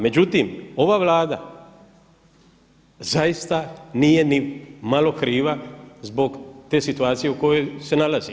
Međutim, ova Vlada zaista nije ni malo kriva zbog te situacije u kojoj se nalazi.